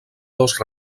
dos